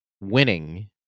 winning